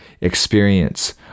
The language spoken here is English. experience